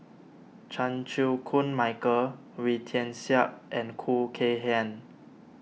Chan Chew Koon Michael Wee Tian Siak and Khoo Kay Hian